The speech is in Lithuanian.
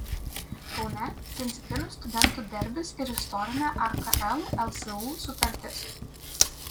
kaune principinis studentų derbis ir istorinė rkl lsu sutartis